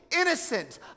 innocent